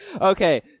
Okay